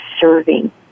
serving